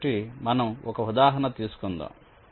కాబట్టి మనం ఒక ఉదాహరణ తీసుకుందాం